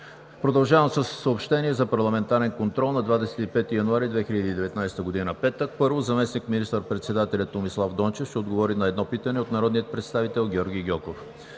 Продължавам със съобщения за парламентарния контрол на 25 януари 2019 г., петък: 1. Заместник министър-председателят Томислав Дончев ще отговори на едно питане от народния представител Георги Гьоков.